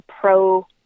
pro